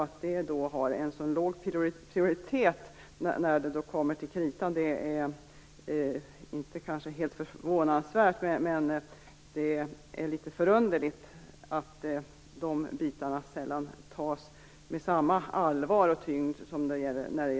Att detta har så låg prioritet när det kommer till kritan är kanske inte helt förvånande, men det är litet förunderligt att man sällan tar detta på samma allvar som samhällsekonomin.